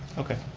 okay.